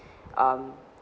um